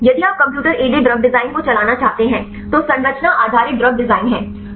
इसलिए यदि आप कंप्यूटर एडेड ड्रग डिज़ाइन को चलाना चाहते हैं तो संरचना आधारित ड्रग डिज़ाइन हैं